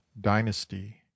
dynasty